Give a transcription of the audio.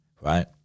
right